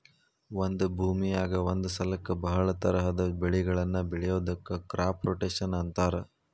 ಒಂದ ಭೂಮಿಯಾಗ ಒಂದ ಸಲಕ್ಕ ಬಹಳ ತರಹದ ಬೆಳಿಗಳನ್ನ ಬೆಳಿಯೋದಕ್ಕ ಕ್ರಾಪ್ ರೊಟೇಷನ್ ಅಂತಾರ